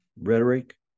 rhetoric